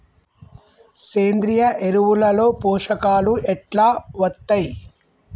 సేంద్రీయ ఎరువుల లో పోషకాలు ఎట్లా వత్తయ్?